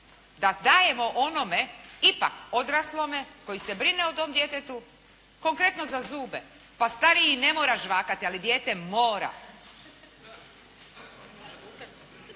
da dajemo onome ipak odraslome koji se brine o tom djetetu, konkretno za zube. Pa stariji i ne mora žvakati, ali dijete mora.